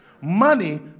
money